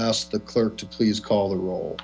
t the clerk to please call the roll